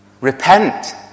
repent